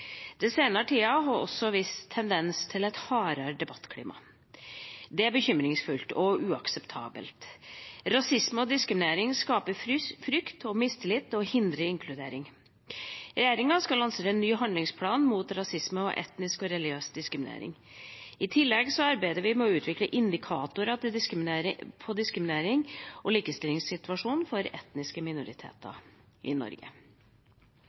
Den senere tida har også vist tendens til et hardere debattklima. Det er bekymringsfullt og uakseptabelt. Rasisme og diskriminering skaper frykt og mistillit og hindrer inkludering. Regjeringa skal lansere en ny handlingsplan mot rasisme og etnisk og religiøs diskriminering. I tillegg arbeider vi med å utvikle indikatorer på diskriminerings- og likestillingssituasjonen for etniske minoriteter i Norge.